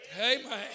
Amen